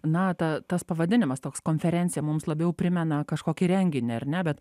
na ta tas pavadinimas toks konferencija mums labiau primena kažkokį renginį ar ne bet